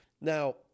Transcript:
Now